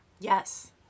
Yes